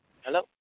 Hello